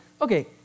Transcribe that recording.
okay